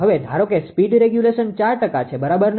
હવે ધારો કે સ્પીડ રેગ્યુલેશન 4 ટકા છે બરાબર ને